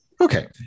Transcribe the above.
Okay